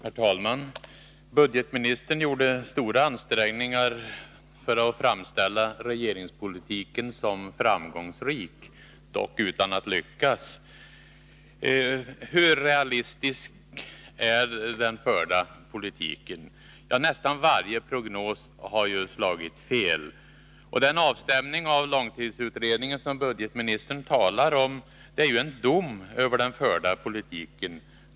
Herr talman! Budgetministern gjorde stora ansträngningar för att framställa regeringspolitiken som framgångsrik, dock utan att lyckas. Hur realistisk är den förda politiken? Nästan varje prognos har slagit fel. Den avstämning av långtidsutredningen som budgetministern talar om är ju en dom över den förda politiken.